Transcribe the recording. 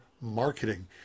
marketing